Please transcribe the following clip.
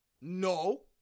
No